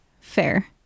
Fair